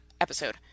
episode